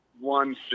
one